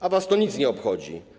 A was to nic nie obchodzi.